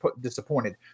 disappointed